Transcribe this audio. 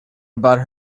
about